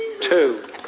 Two